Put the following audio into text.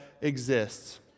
exists